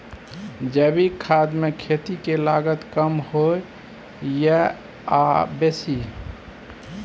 जैविक खाद मे खेती के लागत कम होय ये आ बेसी?